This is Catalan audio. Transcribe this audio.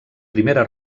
primera